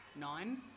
nine